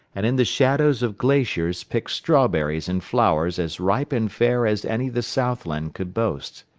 and in the shadows of glaciers picked strawberries and flowers as ripe and fair as any the southland could boast.